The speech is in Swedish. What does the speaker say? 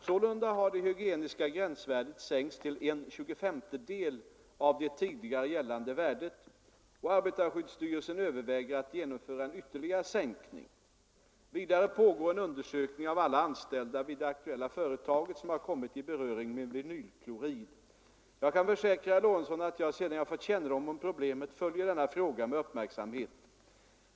Sålunda har det hygieniska gränsvärdet sänkts till 1/25 av det tidigare gällande värdet, och arbetarskyddsstyrelsen överväger att genomföra en ytterligare sänkning. Vidare pågår en undersökning av alla anställda vid det aktuella företaget som har kommit i beröring med vinylklorid. Jag kan försäkra herr Lorentzon att jag sedan jag fått kännedom om problemet följer denna fråga med uppmärksamhet.